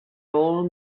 all